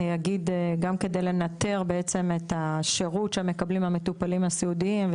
ואני אגיד שגם כדי לנטר את השירות שמקבלים המטפלים הסיעודיים,